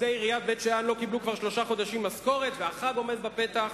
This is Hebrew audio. עובדי עיריית בית-שאן לא קיבלו כבר שלושה חודשים משכורת והחג עומד בפתח.